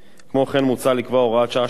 כחלון, הבנת את זה?